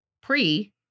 pre-